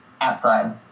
outside